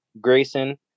Grayson